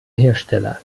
hersteller